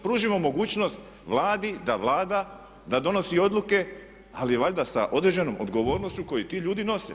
Pružimo mogućnost Vladi da vlada, da donosi odluke ali valjda sa određenom odgovornošću koju ti ljudi nose.